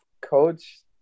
coach